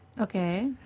Okay